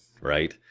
Right